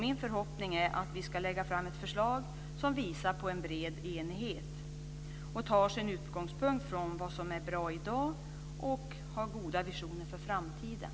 Min förhoppning är att vi ska lägga fram ett förslag som visar på en bred enighet och tar sin utgångspunkt i vad som är bra i dag och har goda visioner för framtiden.